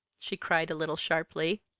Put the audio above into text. she cried a little sharply.